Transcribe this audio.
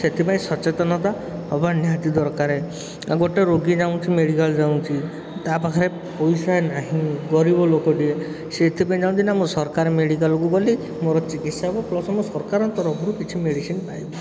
ସେଥିପାଇଁ ସଚେତନ ବା ହେବା ନିହାତି ଦରକାର ଆଉ ଗୋଟେ ରୋଗୀ ଯାଉଛି ମେଡ଼ିକାଲ୍ ଯାଉଛି ତା' ପାଖରେ ପଇସା ନାହିଁ ଗରିବ ଲୋକଟିଏ ସିଏ ଏଥିପାଇଁ ଯାଉଛି ନା ମୁଁ ସରକାର ମେଡ଼ିକାଲ୍କୁ ଗଲି ମୋର ଚିକିତ୍ସା ହେବ ପ୍ଲସ୍ ମୁଁ ସରକାରଙ୍କ ତରଫରୁ କିଛି ମେଡ଼ିସିନ୍ ପାଇବି